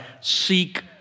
seek